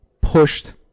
pushed